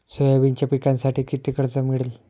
सोयाबीनच्या पिकांसाठी किती कर्ज मिळेल?